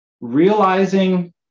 realizing